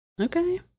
okay